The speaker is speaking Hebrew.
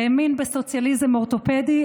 האמין בסוציאליזם אורתופדי,